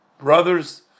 brothers